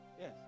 Yes